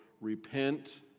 repent